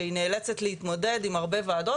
שהיא נאלצת להתמודד עם הרבה ועדות,